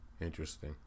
interesting